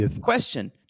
Question